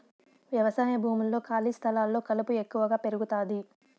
వ్యవసాయ భూముల్లో, ఖాళీ స్థలాల్లో కలుపు ఎక్కువగా పెరుగుతాది